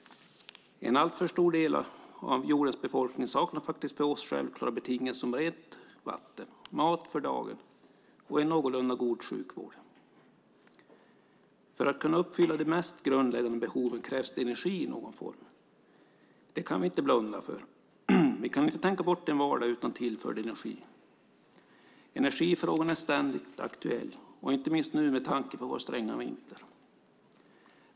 En alltför stor del av jordens befolkning saknar faktiskt för oss självklara betingelser som rent vatten, mat för dagen och en någorlunda god sjukvård. För att kunna uppfylla de mest grundläggande behoven krävs det energi i någon form. Det kan vi inte blunda för. Vi kan inte tänka bort en vardag utan tillförd energi. Energifrågan är ständigt aktuell, och inte minst nu med tanke på vår stränga vinter.